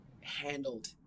handled